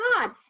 God